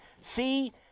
see